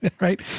Right